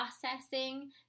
processing